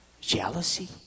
Jealousy